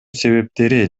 себептери